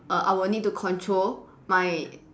err I will need to control my